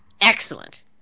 excellent